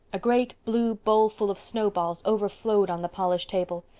a great blue bowlful of snowballs overflowed on the polished table.